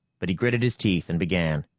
but he gritted his teeth and began.